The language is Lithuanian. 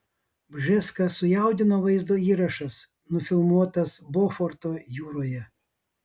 bžeską sujaudino vaizdo įrašas nufilmuotas boforto jūroje